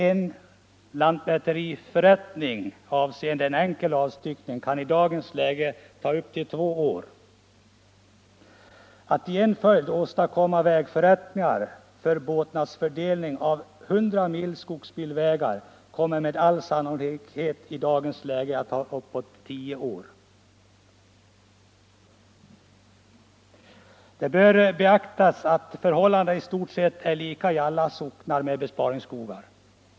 En lantmäteriförrättning avseende en enkel avstyckning kan i dagens läge ta upp till två år. Att i en följd åstadkomma vägförrättningar för båtnadsfördelning av 100 mil skogsbilvägar kommer med all sannolikhet att ta uppåt tio år. Det bör beaktas att förhållandet är i stort sett lika i alla socknar med besparingsskogar.